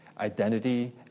identity